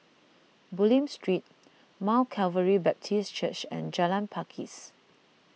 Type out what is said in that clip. Bulim Street Mount Calvary Baptist Church and Jalan Pakis